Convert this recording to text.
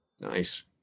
Nice